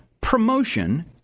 promotion